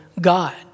God